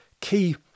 key